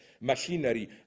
machinery